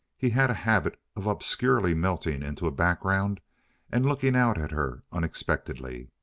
he had a habit of obscurely melting into a background and looking out at her unexpectedly.